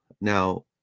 Now